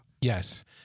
Yes